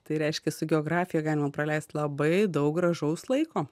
tai reiškia su geografija galima praleist labai daug gražaus laiko